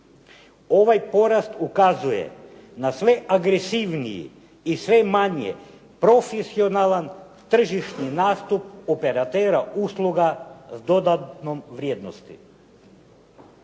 Ovaj porast ukazuje na sve agresivniji i sve manje profesionalan tržišni nastup operatera usluga s dodatnom vrijednosti.